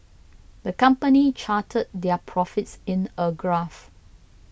the company charted their profits in a graph